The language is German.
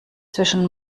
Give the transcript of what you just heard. zwischen